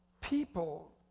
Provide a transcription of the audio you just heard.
people